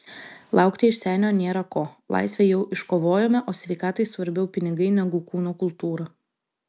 laukti iš senio nėra ko laisvę jau iškovojome o sveikatai svarbiau pinigai negu kūno kultūra